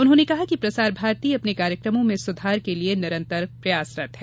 उन्होंने कहा कि प्रसार भारती अपने कार्यक्रमों में सुधार के लिए निरंतर प्रयासरत है